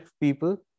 people